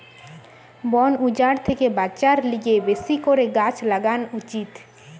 বন উজাড় থেকে বাঁচার লিগে বেশি করে গাছ লাগান উচিত